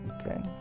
Okay